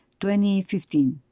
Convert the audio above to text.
2015